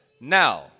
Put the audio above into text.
now